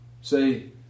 Say